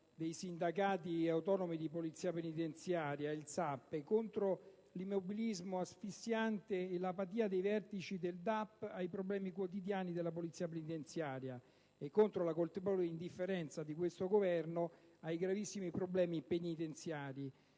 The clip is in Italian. dei sindacati autonomi di Polizia penitenziaria, il SAPPE, contro l'immobilismo asfissiante e l'apatia dei vertici del DAP rispetto ai problemi quotidiani della Polizia penitenziaria e contro la colpevole indifferenza di questo Governo ai gravissimi problemi penitenziari.